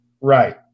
right